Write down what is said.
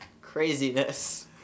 Craziness